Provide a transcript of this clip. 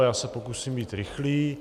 Já se pokusím být rychlý.